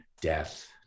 death